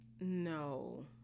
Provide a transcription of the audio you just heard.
No